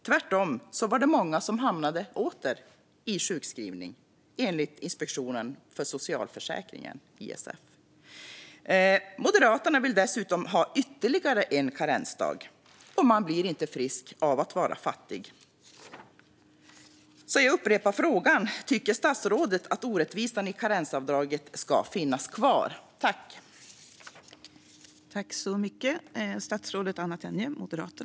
Tvärtom var det många som åter hamnade i sjukskrivning, enligt Inspektionen för socialförsäkringen, ISF. Moderaterna vill dessutom ha ytterligare en karensdag, och man blir inte frisk av att vara fattig. Jag upprepar därför frågan: Tycker statsrådet att orättvisan i karensavdraget ska finnas kvar?